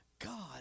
God